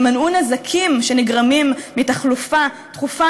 יימנעו נזקים שנגרמים מתחלופה תכופה